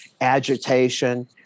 agitation